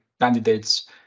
candidates